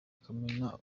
kamena